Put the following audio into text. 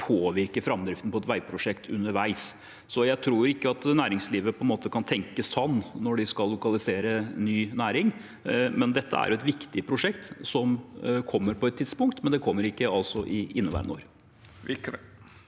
påvirke framdriften av et veipro sjekt underveis, så jeg tror ikke at næringslivet på noen måte kan tenke slik når de skal lokalisere ny næring. Dette er et viktig prosjekt som vil komme på et tidspunkt, men det kommer altså ikke i inneværende